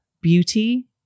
beauty